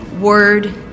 word